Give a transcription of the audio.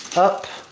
up,